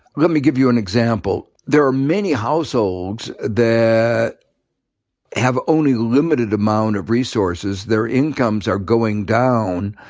let me give you an example there are many households that have only a limited amount of resources, their incomes are going down.